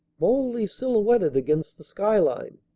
boldly silhouetted against the skyline.